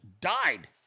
died